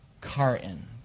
carton